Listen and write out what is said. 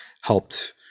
helped